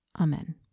Amen